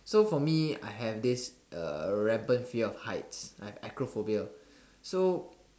so for me I have this repines of heights I have acrophobia so